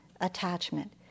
attachment